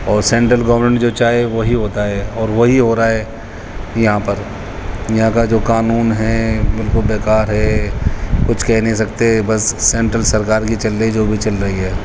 اور central government جو چاہے وہی ہوتا ہے اور وہی ہو رہا ہے یہاں پر یہاں کا جو قانون ہیں بالکل بیکار ہے کچھ کہہ نہیں سکتے بس سنٹرل سرکار کی چل رہی جو بھی چل رہی ہے